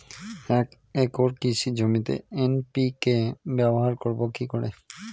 এক একর কৃষি জমিতে এন.পি.কে ব্যবহার করব কি করে?